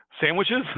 sandwiches